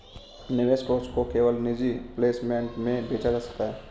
निवेश कोष को केवल निजी प्लेसमेंट में बेचा जा सकता है